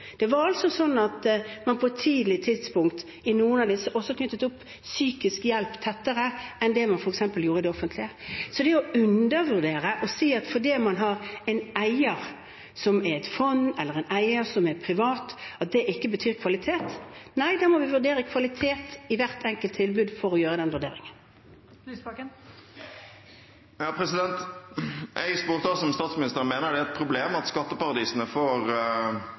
Det var slik at man på et tidlig tidspunkt i noen av disse også knyttet til seg psykisk hjelp tettere enn det man f.eks. gjorde i det offentlige. Så det er å undervurdere å si at det at vi har en eier som er et fond, eller en eier som er privat, ikke betyr kvalitet. Nei, vi må vurdere kvalitet i hvert enkelt tilbud for å gjøre den vurderingen. Det blir oppfølgingsspørsmål – først Audun Lysbakken. Jeg spurte om statsministeren mener det er et problem at skatteparadisene får